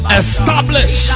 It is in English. establish